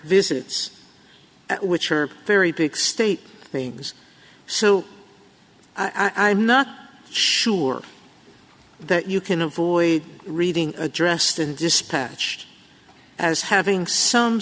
visits which are very big state things so i'm not sure that you can avoid reading addressed and dispatched as having some